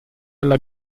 alla